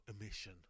Emission